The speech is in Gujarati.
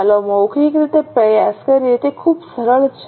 ચાલો મૌખિક રીતે પ્રયાસ કરીએ તે ખૂબ સરળ છે